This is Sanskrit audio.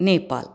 नेपाल्